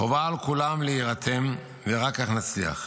חובה על כולם להירתם, רק כך נצליח.